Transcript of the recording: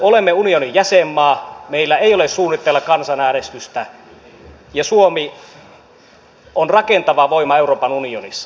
olemme unionin jäsenmaa meillä ei ole suunnitteilla kansanäänestystä ja suomi on rakentava voima euroopan unionissa